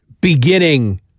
Beginning